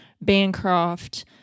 Bancroft